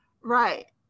right